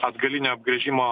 atgalinio apgręžimo